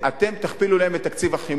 אתם תכפילו להם את תקציב החימום.